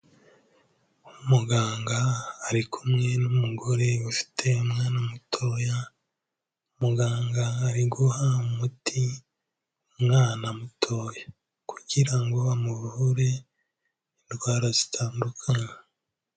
Umuganga ari kumwe n'umugore ufite umwana mutoya, muganga ari guha umuti umwana mutoya kugira ngo amuvure indwara zitandukanye.